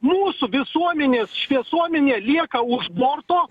mūsų visuomenės šviesuomenė lieka už borto